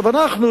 אנחנו,